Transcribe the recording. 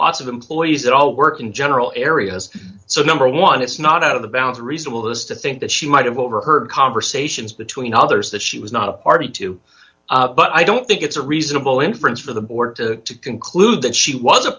lots of employees that all work in general areas so number one it's not out of the bounds of reasonable is to think that she might have overheard conversations between others that she was not a party to but i don't think it's a reasonable inference for the board to conclude that she was a